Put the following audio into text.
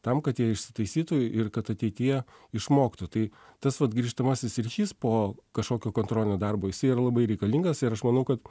tam kad jie išsitaisytų ir kad ateityje išmoktų tai tas vat grįžtamasis ryšys po kažkokio kontrolinio darbo jisai yra labai reikalingas ir aš manau kad